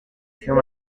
film